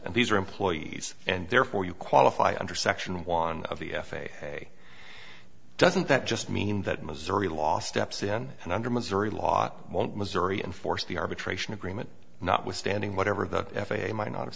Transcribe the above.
and these are employees and therefore you qualify under section one of the f a a doesn't that just mean that missouri last eps in and under missouri law won't missouri enforce the arbitration agreement notwithstanding whatever the f a a might not have